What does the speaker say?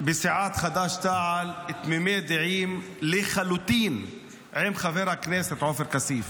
אנחנו בסיעת חד"ש-תע"ל תמימי דעים לחלוטין עם חבר הכנסת עופר כסיף.